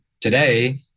today